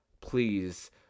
please